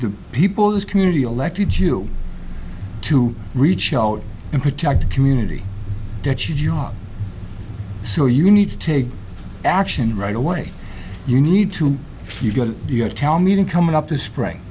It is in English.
people whose community elected you to reach out and protect the community that you job so you need to take action right away you need to if you go to your town meeting coming up this spring